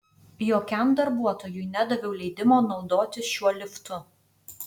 jokiam darbuotojui nedaviau leidimo naudotis šiuo liftu